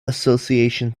association